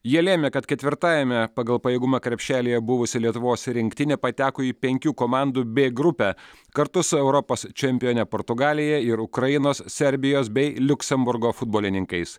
jie lėmė kad ketvirtajame pagal pajėgumą krepšelyje buvusi lietuvos rinktinė pateko į penkių komandų b grupę kartu su europos čempione portugalija ir ukrainos serbijos bei liuksemburgo futbolininkais